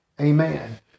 Amen